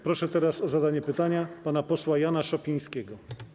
Proszę teraz o zadanie pytania pana posła Jana Szopińskiego.